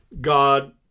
God